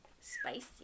spicy